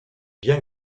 viens